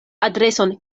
adreson